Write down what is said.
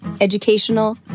educational